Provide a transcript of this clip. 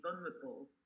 vulnerable